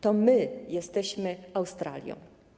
To my jesteśmy Australią.